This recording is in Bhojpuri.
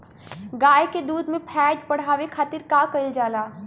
गाय के दूध में फैट बढ़ावे खातिर का कइल जाला?